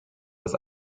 dass